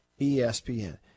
espn